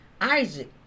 Isaac